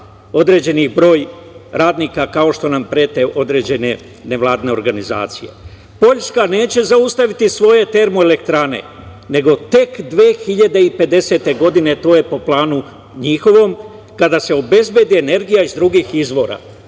određeni broj radnika kao što nam prete određene nevladine organizacije. Poljska neće zaustaviti svoje termoelektrane, nego tek 2050. godine to je po planu njihovom, kada se obezbedi energija iz drugih izvora